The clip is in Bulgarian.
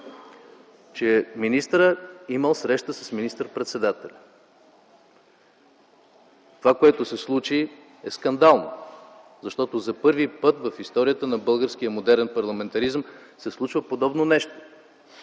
Че министърът имал среща с министър-председателя. Това, което се случи, е скандално, защото за първи път в историята на българския модерен парламентаризъм се случва подобно нещо.